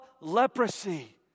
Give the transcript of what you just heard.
leprosy